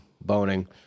Boning